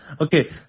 Okay